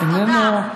תודה.